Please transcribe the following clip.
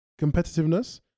competitiveness